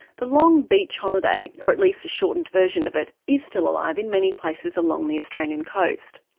the long beach holiday, or at least a shortened version of it, is still alive in many places along the australian coast.